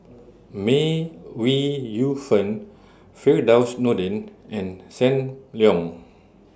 May We Yu Fen Firdaus Nordin and SAM Leong